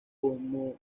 como